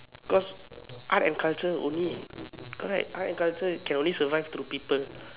cause art and culture only correct art and culture can only survive through people